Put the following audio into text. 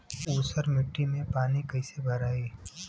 ऊसर मिट्टी में पानी कईसे भराई?